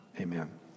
Amen